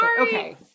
Okay